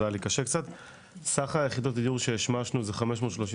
אז סך יחידות הדיור שהשמשנו זה 533,